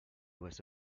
was